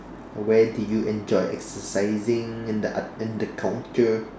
where do you enjoy exercising in the at~ in the counter